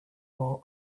while